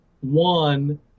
one